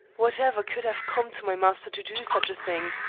whatever could have come to my master to do such a thing?